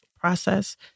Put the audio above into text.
process